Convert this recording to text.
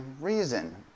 reason